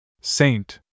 Saint